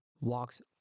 walks